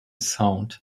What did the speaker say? sound